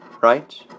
right